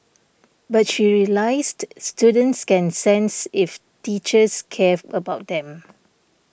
but she realised students can sense if teachers cares about them